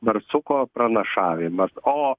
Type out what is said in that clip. barsuko pranašavimas o